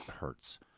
hurts